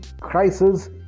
crisis